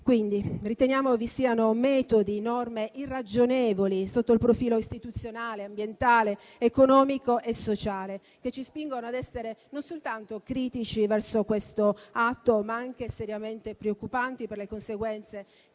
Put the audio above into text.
quindi vi siano metodi e norme irragionevoli, sotto il profilo istituzionale, ambientale, economico e sociale, che ci spingono a essere non soltanto critici verso questo atto, ma anche seriamente preoccupati per le conseguenze